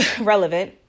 relevant